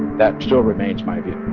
that still remains my view